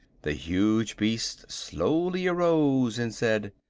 the huge beast slowly arose and said